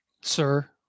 sir